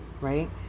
right